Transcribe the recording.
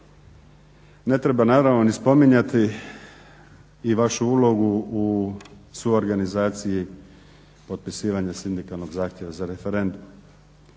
Ne treba naravno ni spominjati i vašu ulogu u suorganizaciji potpisivanja sindikalnog zahtjeva za referendumom.